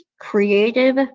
creative